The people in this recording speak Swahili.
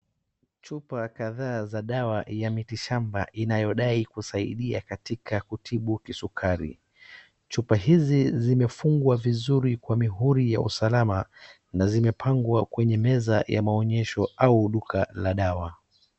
Chupa kadhaa za dawa ya miti shamba inayodai kusaidia katika kutibu kisukari. Chupa hizi zimefungwa vizuri kwa mihuri ya usalama na zimepangwa kwenye meza ya maonyesho au duka la dawa.